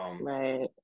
right